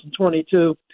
2022